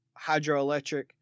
hydroelectric